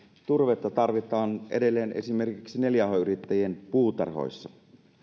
turvetta tarvitaan edelleen esimerkiksi neljä h yrittäjien puutarhoissa